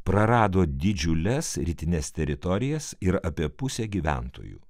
prarado didžiules rytines teritorijas ir apie pusę gyventojų